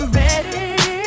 ready